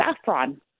Saffron